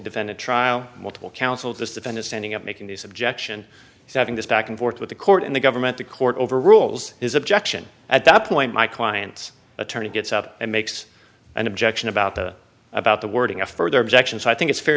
defend a trial multiple councils this defendant standing up making these objection having this back and forth with the court and the government the court over rules his objection at that point my client's attorney gets up and makes an objection about the about the wording of further objections i think it's fair